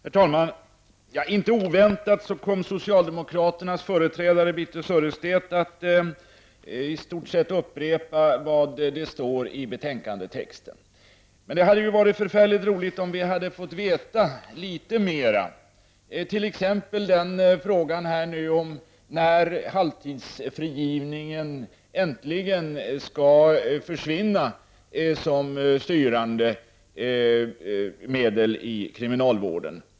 Herr talman! Inte oväntat kom socialdemokraternas företrädare Birthe Sörestedt att i stort sett upprepa vad som står i betänkandetexten. Men det hade varit mycket roligt om vi hade fått veta litet mera, t.ex. om när halvtidsfrigivningen äntligen skall försvinna som styrande medel i kriminalvården.